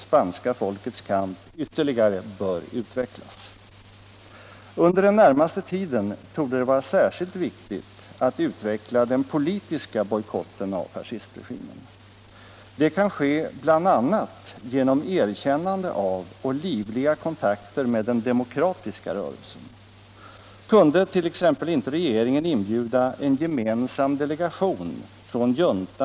Hur bedömer regeringen utvecklingen i Spanien efter Francos död? 2. Vilka olika former av stöd till Spaniens kämpande folk vill regeringen befordra?